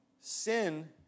sin